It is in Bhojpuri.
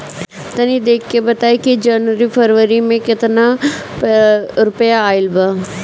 तनी देख के बताई कि जौनरी आउर फेबुयारी में कातना रुपिया आएल बा?